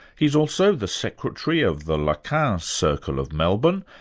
he's also the secretary of the lacan circle of melbourne,